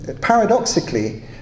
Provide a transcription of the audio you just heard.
Paradoxically